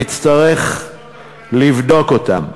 שנצטרך לבדוק אותם.